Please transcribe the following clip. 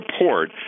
report